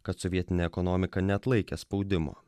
kad sovietinė ekonomika neatlaikė spaudimo